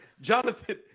Jonathan